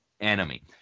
enemy